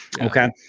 Okay